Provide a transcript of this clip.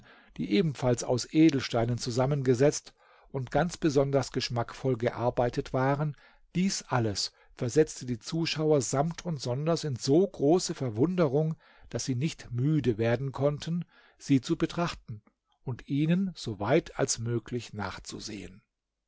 die ebenfalls aus edelsteinen zusammengesetzt und ganz besonders geschmackvoll gearbeitet waren dies alles versetzte die zuschauer samt und sonders in so große verwunderung daß sie nicht müde werden konnten sie zu betrachten und ihnen so weit als möglich nachzusehen